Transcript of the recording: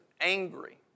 angry